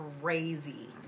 crazy